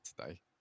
today